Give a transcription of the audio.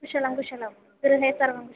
कुशलं कुशलं गृहे सर्वम्